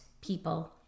people